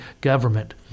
government